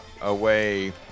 away